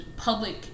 Public